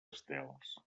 estels